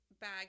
bag